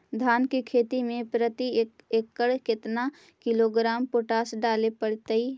धान की खेती में प्रति एकड़ केतना किलोग्राम पोटास डाले पड़तई?